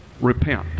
Repent